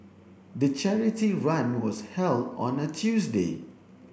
the charity run was held on a Tuesday